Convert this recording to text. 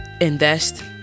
invest